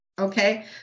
Okay